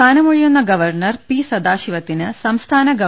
സ്ഥാനമൊഴിയുന്ന governor P സദാശിവത്തിന് സംസ്ഥാന ഗവ